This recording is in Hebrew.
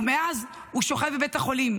ומאז הוא שוכב בבית החולים,